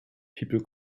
people